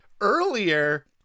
earlier